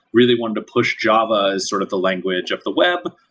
really wanted to push java as sort of the language of the web.